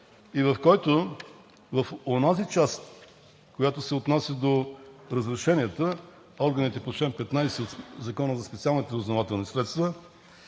и в който в онази част, която се отнася до разрешенията – органите по чл. 15 от Закона за специалните разузнавателни средства,